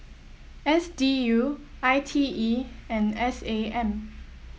S D U I T E and S A M